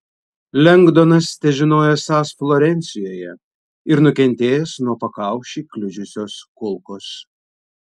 lengdonas težinojo esąs florencijoje ir nukentėjęs nuo pakaušį kliudžiusios kulkos